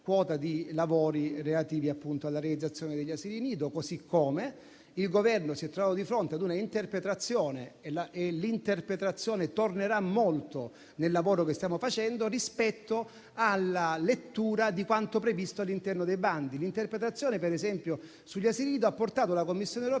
quota di lavori relativi proprio alla realizzazione degli asili nido. Allo stesso modo il Governo si è trovato di fronte a un'interpretazione - e l'interpretazione tornerà molto nel lavoro che stiamo facendo - rispetto alla lettura di quanto previsto all'interno dei bandi. L'interpretazione sugli asili nido, per esempio, ha portato la Commissione europea